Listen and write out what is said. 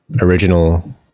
original